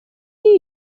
فکری